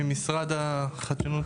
ממשרד החדשנות,